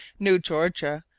new georgia,